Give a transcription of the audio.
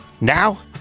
Now